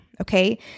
Okay